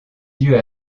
yeux